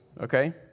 okay